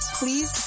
please